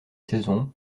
saison